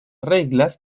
reglas